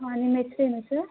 ಹಾಂ ನಿಮ್ಮ ಹೆಸರೇನು ಸರ್